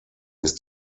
ist